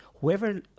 whoever